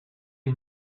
you